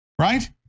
Right